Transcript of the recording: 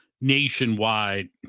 nationwide